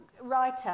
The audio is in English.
writer